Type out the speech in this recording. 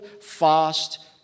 fast